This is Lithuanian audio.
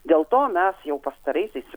dėl to mes jau pastaraisiais